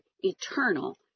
eternal